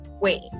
Wait